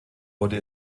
wurde